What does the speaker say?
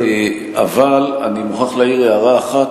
אבל אני מוכרח להעיר הערה אחת